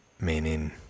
meaning